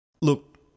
Look